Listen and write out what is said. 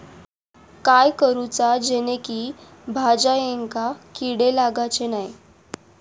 काय करूचा जेणेकी भाजायेंका किडे लागाचे नाय?